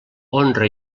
honra